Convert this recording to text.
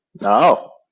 No